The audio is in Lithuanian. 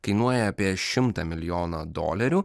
kainuoja apie šimtą milijonų dolerių